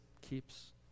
keeps